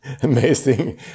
amazing